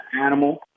Animal